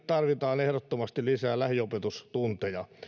tarvitaan ehdottomasti lisää lähiopetustunteja